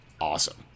awesome